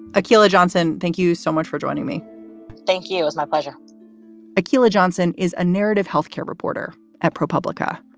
akilah johnson, thank you so much for joining me thank you. it was my pleasure akilah johnson is a narrative health care reporter at propublica